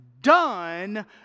done